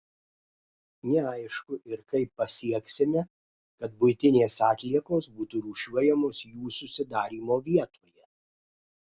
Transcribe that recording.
neaišku ir kaip pasieksime kad buitinės atliekos būtų rūšiuojamos jų susidarymo vietoje